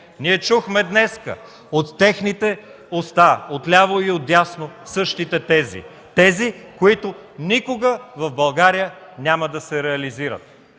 Ние чухме днес от техните уста – отляво и отдясно, същите тези – тези, които никога в България няма да се реализират.